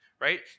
Right